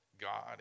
God